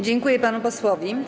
Dziękuję panu posłowi.